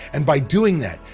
and by doing that,